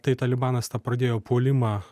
tai talibanas tą pradėjo puolimą